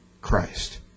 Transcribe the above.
Christ